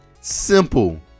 Simple